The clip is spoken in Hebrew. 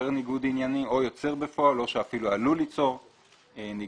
או יוצר בפועל או שאפילו עלול ליצור ניגוד